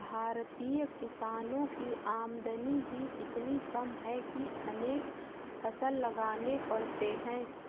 भारतीय किसानों की आमदनी ही इतनी कम है कि अनेक फसल लगाने पड़ते हैं